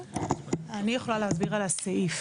אני יכולה להסביר על הסעיף.